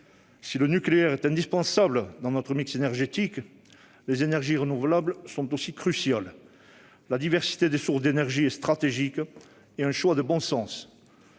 Si le nucléaire est indispensable dans notre mix énergétique, les énergies renouvelables sont tout aussi cruciales. La diversité des sources d'énergie est stratégique ; elle apparaît comme un choix de bon sens.